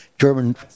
German